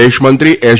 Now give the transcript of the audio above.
વિદેશ મંત્રી એસ